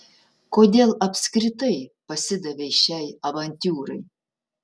kodėl apskritai pasidavei šiai avantiūrai